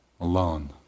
alone